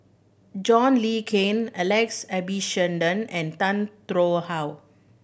John Le Cain Alex Abisheganaden and Tan How